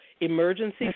emergency